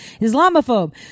Islamophobe